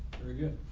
very good.